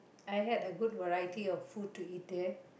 I had a good variety of food to eat there